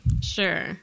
Sure